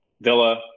Villa